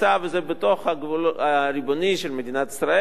וזה בתוך הגבול הריבוני של מדינת ישראל,